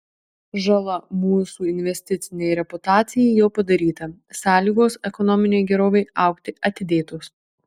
žala mūsų investicinei reputacijai jau padaryta sąlygos ekonominei gerovei augti atidėtos